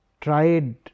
tried